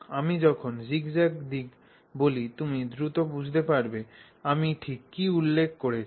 আমি যখন জিগজ্যাগ দিক বলি তুমি দ্রুত বুঝতে পারবে আমি ঠিক কী উল্লেখ করছি